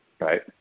right